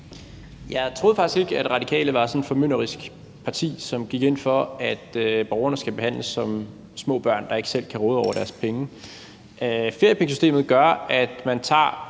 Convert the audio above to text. Jeg troede faktisk ikke, at Radikale var sådan et formynderisk parti, som gik ind for, at borgerne skal behandles som små børn, der ikke selv kan råde over deres penge. Feriepengesystemet gør, at man tager